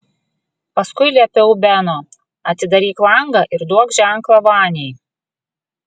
paskui liepiau beno atidaryk langą ir duok ženklą vaniai